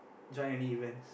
join any events